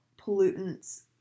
pollutants